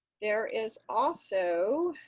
there is also